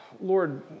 Lord